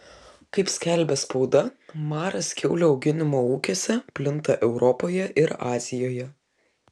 kaip skelbia spauda maras kiaulių auginimo ūkiuose plinta europoje ir azijoje